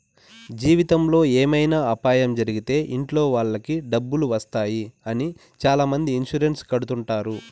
జీవితంలో ఏమైనా అపాయం జరిగితే ఇంట్లో వాళ్ళకి డబ్బులు వస్తాయి అని చాలామంది ఇన్సూరెన్స్ కడుతుంటారు